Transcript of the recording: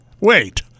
wait